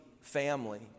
family